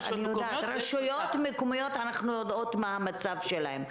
רשויות מקומיות, אנחנו יודעות מה המצב שלהן.